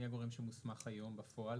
מי הגורם שמוסמך היום בפועל?